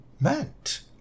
meant